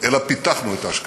אלא פיתחנו את אשקלון,